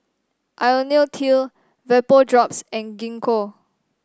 IoniL T Vapodrops and Gingko